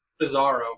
Bizarro